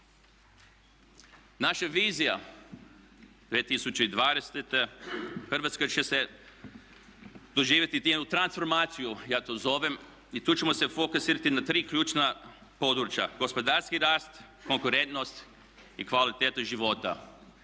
Naša vizija 2020. Hrvatska će doživjeti jednu transformaciju ja to zovem i tu ćemo se fokusirati na tri ključna područja: gospodarski rast, konkurentnost i kvalitetu života.